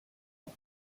ans